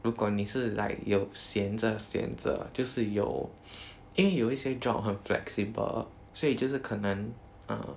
如果你是 like 有闲着选择就是有因为有一些 job 很 flexible 所以就是可能 uh